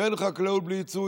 ואין חקלאות בלי יצוא.